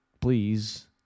please